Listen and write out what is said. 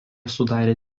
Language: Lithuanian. sudarė